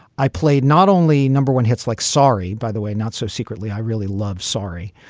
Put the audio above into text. i played not only number one hits like sorry, by the way, not so secretly. i really love sorry,